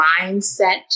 mindset